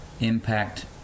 impact